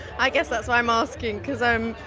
i guess that's why i'm asking because i'm,